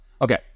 Okay